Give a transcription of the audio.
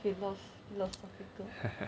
genius yes genius